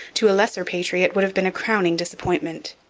to a lesser patriot, would have been a crowning disappointment.